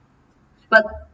but